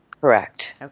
Correct